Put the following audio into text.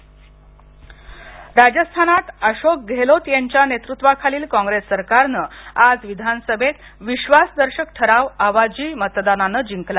राजस्थान राजस्थानात अशोक गेहलोत यांच्या नेतृत्वाखालील काँग्रेस सरकारनं आज विधानसभेत विश्वासदर्शक ठराव आवाजी मतदानाने जिंकला